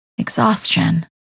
Exhaustion